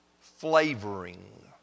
flavoring